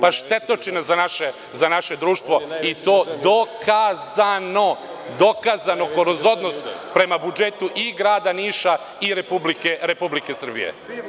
Pa štetočina za naše društvo i to dokazano, dokazano kroz odnos prema budžetu i grada Niša i Republike Srbije.